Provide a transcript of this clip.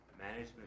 management